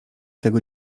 tego